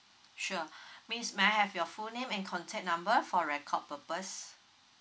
sure miss may I have your full name and contact number for record purpose